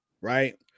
right